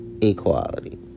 equality